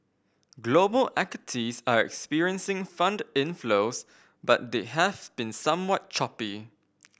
global equities are experiencing fund inflows but they have been somewhat choppy